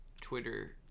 Twitter